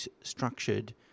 structured